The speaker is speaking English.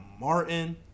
Martin